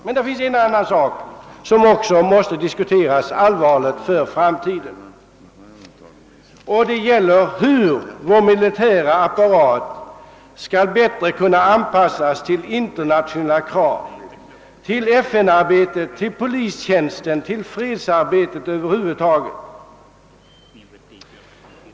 Men det finns en annan sak som också måste diskuteras allvarligt för framtiden. Den gäller hur vår militära apparat bättre skall kunna anpassas till internationella krav, till FN-arbetet, till polistjänsten, till fredsarbetet över huvud taget.